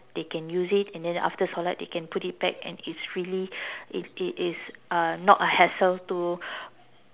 they can use it and then after solat they can put it back and it's really it it is uh not a hassle to